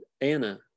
Anna